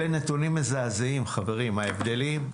אלה נתונים מזעזעים, חברים, ההבדלים.